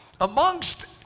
amongst